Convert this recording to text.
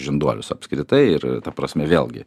žinduolius apskritai ir ta prasme vėlgi